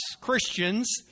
Christians